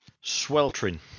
Sweltering